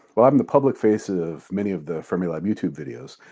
while i am the public face of many of the fermilab youtube videos,